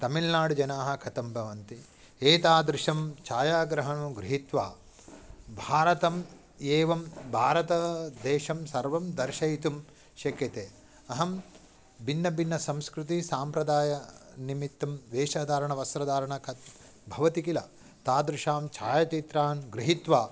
तमिल्नाडु जनाः कथं भवन्ति एतादृशं छायाग्रहणं गृहीत्वा भारतम् एवं भारतदेशं सर्वं दर्शयितुं शक्यते अहं भिन्नभिन्नसंस्कृतिः साम्प्रदायस्य निमित्तं वेषधारणं वस्त्रधारणं कथं भवति किल तादृशान् छायाचित्रान् गृहीत्वा